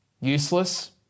Useless